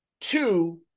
Two